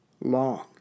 long